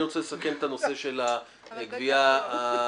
אני רוצה לסכם את הנושא של הגבייה האזרחית.